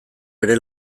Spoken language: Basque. bere